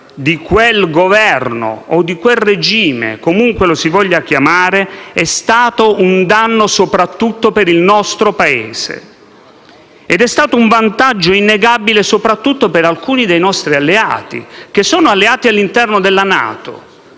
di quel Governo o di quel regime, comunque lo si voglia chiamare, è stata un danno soprattutto per il nostro Paese, mentre è stata un vantaggio innegabile in particolare per alcuni dei nostri alleati, che sono alleati all'interno della NATO,